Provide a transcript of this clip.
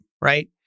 right